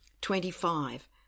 Twenty-five